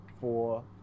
four